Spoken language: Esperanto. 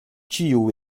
ĉiu